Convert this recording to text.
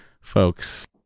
folks